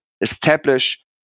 establish